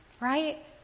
right